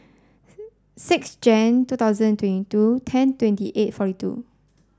six Jane two thousand twenty two ten twenty eight forty two